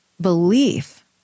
belief